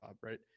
right